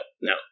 No